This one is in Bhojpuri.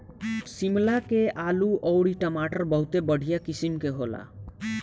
शिमला के आलू अउरी टमाटर बहुते बढ़िया किसिम के होला